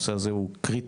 הנושא הזה הוא קריטי,